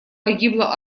погибло